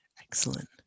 excellent